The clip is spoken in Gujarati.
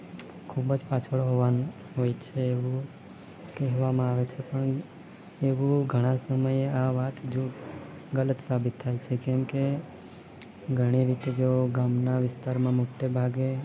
ખૂબ જ પાછળ હોવાનું હોય છે એવું કહેવામાં આવે છે પણ એવું ઘણા સમયે આ વાત જો ગલત સાબિત થાય છે કેમકે ઘણી રીતે જો ગામના વિસ્તારમાં મોટે ભાગે